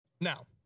Now